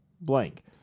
blank